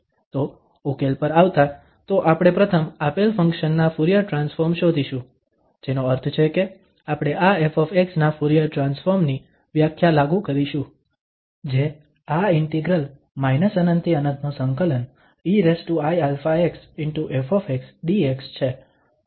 તો ઉકેલ પર આવતાં તો આપણે પ્રથમ આપેલ ફંક્શન ના ફુરીયર ટ્રાન્સફોર્મ શોધીશું જેનો અર્થ છે કે આપણે આ ƒ ના ફુરીયર ટ્રાન્સફોર્મ ની વ્યાખ્યા લાગુ કરીશું જે આ ઇન્ટિગ્રલ ∞∫∞ eiαx ƒdx છે